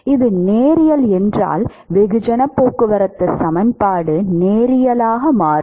இது நேரியல் என்றால் வெகுஜன போக்குவரத்து சமன்பாடு நேரியலாக மாறும்